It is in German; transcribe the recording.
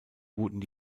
wurden